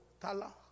Tala